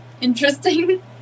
interesting